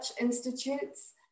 Institutes